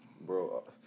bro